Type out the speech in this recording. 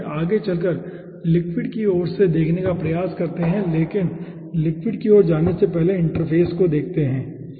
आगे चलकर लिक्विड की ओर से देखने का प्रयास करते हैं लेकिन लिक्विड की ओर जाने से पहले इंटरफ़ेस को देखते हैं ठीक है